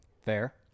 Fair